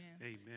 Amen